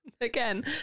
Again